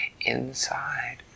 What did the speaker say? inside